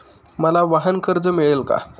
मला वाहनकर्ज मिळेल का?